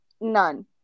None